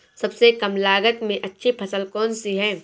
सबसे कम लागत में अच्छी फसल कौन सी है?